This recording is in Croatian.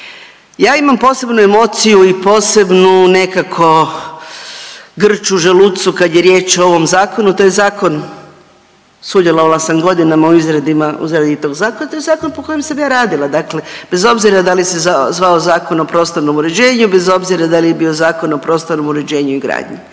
Ja imam posebnu emociju i posebnu nekako grč u želucu kada je riječ o ovom zakonu. To je zakon, sudjelovala sam godinama u izradi tog zakona, to je zakon po kojem sam ja radila. Dakle, bez obzira da li se zvao Zakon o prostornom uređenju, bez obzira da li je bio Zakon o prostornom uređenju i gradnji.